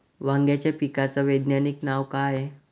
वांग्याच्या पिकाचं वैज्ञानिक नाव का हाये?